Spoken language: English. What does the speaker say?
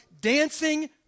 dancing